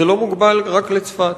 זה לא מוגבל רק לצפת,